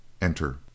Enter